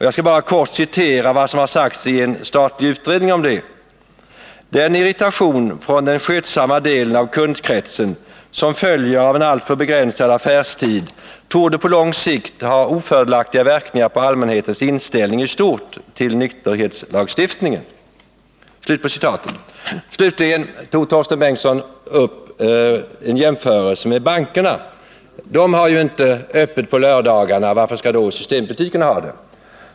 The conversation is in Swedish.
Jag skall bara kort återge vad som har sagts i en statlig utredning om det: Den irritation från den skötsamma delen av kundkretsen som följer av en alltför begränsad affärstid torde på lång sikt ha ofördelaktiga verkningar på allmänhetens inställning i stort till nykterhetslagstiftningen. Slutligen tar Torsten Bengtson upp en jämförelse med bankerna: De har ju inte öppet på lördagarna, och varför skall då systembutikerna ha det?